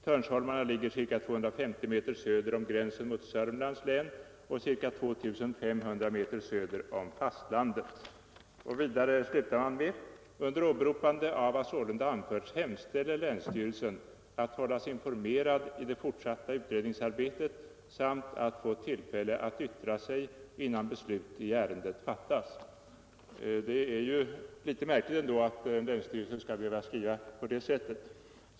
Törnsholmarna ligger ca 250 m söder om gränsen mot Södermanlands län och ca 2 500 m söder om fastlandet.” Man slutar med följande ord: ”Under åberopande av vad sålunda anförts hemställer länsstyrelsen att hållas informerad i det fortsatta utredningsarbetet samt att få tillfälle att yttra sig, innan beslut i ärendet fattas.” Det är ändå litet märkligt att en länsstyrelse skall behöva skriva på det sättet.